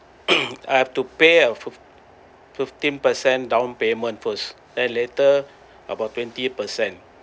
I have to pay a five fifteen percent down payment first and later about twenty percent